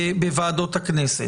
בוועדות הכנסת.